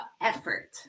effort